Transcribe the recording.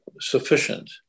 sufficient